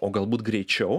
o galbūt greičiau